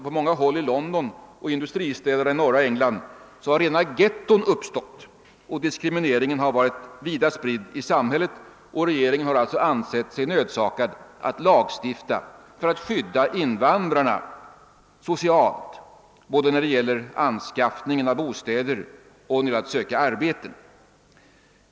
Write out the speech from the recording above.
På många håll i London och i industristäderna i norra England har rena getton uppstått, och diskrimineringen har varit vida spridd i samhället. Regeringen har alltså ansett sig nödsakad att lagstifta för att skydda invandrarna socialt när det gäller både anskaffningen av bostäder och att söka arbete.